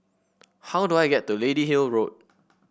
how do I get to Lady Hill Road